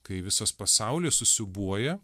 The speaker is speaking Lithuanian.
kai visas pasaulis susiūbuoja